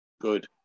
Good